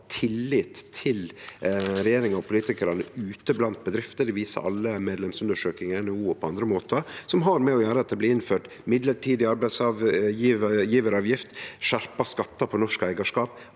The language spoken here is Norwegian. til regjeringa og politikarane ute blant bedriftene. Det kjem fram i alle medlemsundersøkingar i NHO og på andre måtar og har med å gjere at det blir innført midlertidig arbeidsgjevaravgift, skjerpa skatt på norsk eigarskap